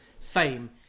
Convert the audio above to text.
fame